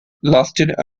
lasted